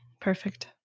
perfect